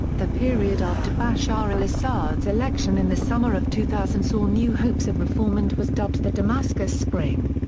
the period after bashar al-assad's election in the summer of two thousand saw new hopes of reform and was dubbed the damascus spring.